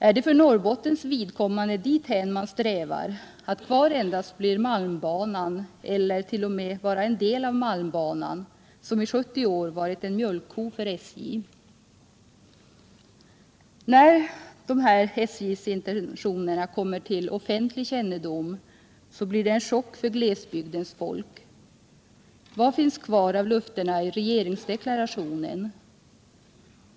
Är det för Norrbottens vidkommande dithän man strävar, att kvar endast blir malmbanan eller t.o.m. bara en del av malmbanan, som i 70 år varit en mjölkko för sp” När dessa SJ:s intentioner kommer till offentlig kännedom blir det en chock för glesbygdens folk. Vad finns kvar av löftena i regeringsdeklarationen?